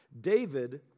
David